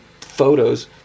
photos